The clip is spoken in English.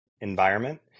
environment